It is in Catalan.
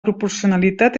proporcionalitat